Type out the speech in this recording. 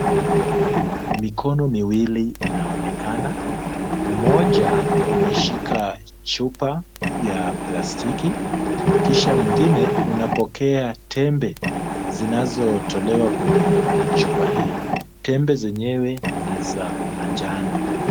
Mikono miwili inaonekana. Moja umeshika chupa ha plastiki kisha mwengine unapokea tembe zinazotolewa kwenye chupa hii. Tembe zenyewe ni za manjano.